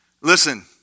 Listen